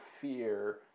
fear